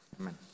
Amen